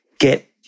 Get